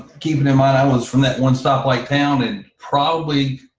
keeping in mind, i was from that one stoplight town and probably,